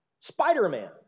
Spider-Man